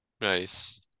Nice